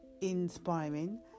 inspiring